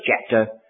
chapter